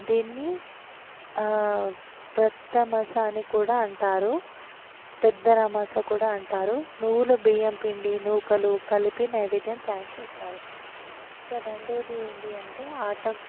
దీన్ని ప్రత్తమస అని కూడా అంటారు పెద్దరమస కూడా అంటారు నువ్వుల బియ్యంపిండి నూకలు కలిపి నైవేద్యం తయారు చేస్తారు ఇంకా రెండవది ఏంటి అంటే ఆట